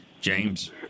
James